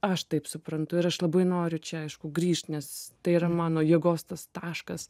aš taip suprantu ir aš labai noriu čia aišku grįšt nes tai yra mano jėgos tas taškas